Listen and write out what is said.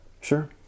sure